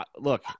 look